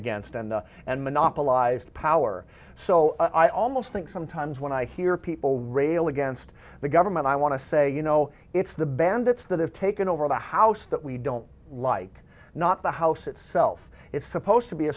against and and monopolized power so i almost think sometimes when i hear people rail against the government i want to say you know it's the bandits that have taken over the house that we don't like not the house itself it's supposed to be a